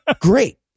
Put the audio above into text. great